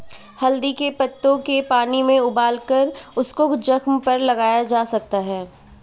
हल्दी के पत्तों के पानी में उबालकर उसको जख्म पर लगाया जा सकता है